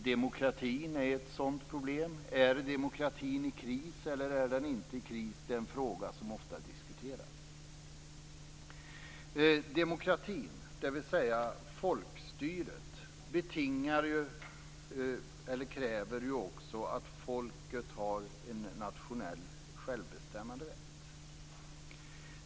Demokratin är ett sådant problem. Är demokratin i kris, eller är den inte i kris? Det är en fråga som ofta diskuteras. Demokratin, dvs. folkstyret, kräver ju också att folket har en nationell självbestämmanderätt.